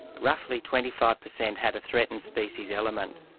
roughly twenty five percent had a threatened species element.